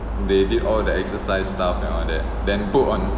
they did all the exercise stuff and all that then put on